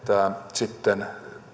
sitten